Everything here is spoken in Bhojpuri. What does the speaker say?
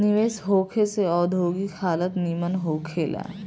निवेश होखे से औद्योगिक हालत निमन होखे ला